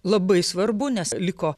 labai svarbu nes liko